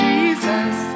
Jesus